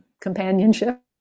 companionship